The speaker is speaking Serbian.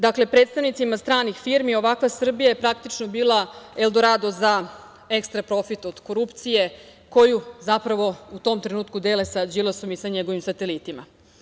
Dakle, predstavnicima stranih firmi ovakva Srbija je praktično bila eldorado za ekstra profit od korupcije koju zapravo u tom trenutku dele sa Đilasom i njegovim satelitima.